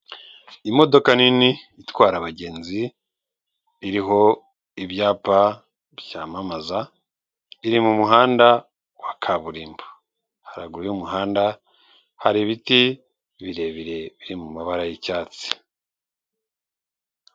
Imodoka nini itwara abagenzi iriho ibyapa byamamaza, iri mu muhanda wa kaburimbo, haruguru y'umuhanda hari ibiti birebire biri mu mabara y'icyatsi.